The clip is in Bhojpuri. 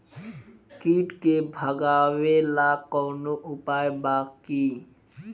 कीट के भगावेला कवनो उपाय बा की?